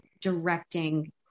directing